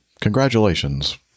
congratulations